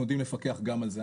אנחנו יודעים לפקח גם על זה,